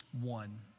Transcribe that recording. one